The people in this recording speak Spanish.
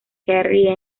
carrie